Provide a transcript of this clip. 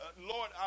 Lord